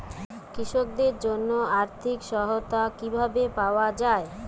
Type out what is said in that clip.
কৃষকদের জন্য আর্থিক সহায়তা কিভাবে পাওয়া য়ায়?